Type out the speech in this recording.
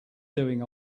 doing